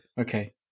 okay